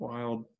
Wild